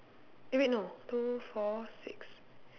eh wait no two four six